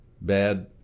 bad